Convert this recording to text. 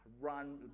run